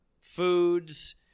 foods